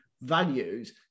values